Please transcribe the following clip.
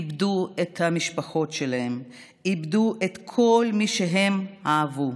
איבדו את המשפחות שלהם, איבדו את כל מי שהם אהבו.